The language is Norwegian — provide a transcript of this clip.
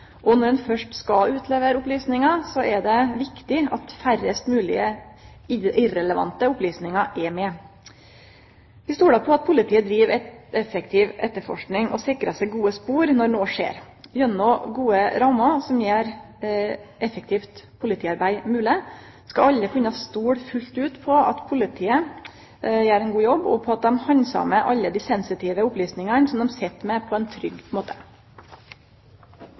og når ein først skal utlevere opplysningar, er det viktig at færrast mogleg irrelevante opplysningar er med. Vi stoler på at politiet driv effektiv etterforsking og sikrar seg gode spor når noko skjer. Gjennom gode rammer som gjer effektivt politiarbeid mogleg, skal alle kunne stole fullt ut på at politiet gjer ein god jobb og at dei handsamar alle dei sensitive opplysningane som dei sit med, på ein trygg måte.